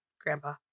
grandpa